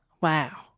Wow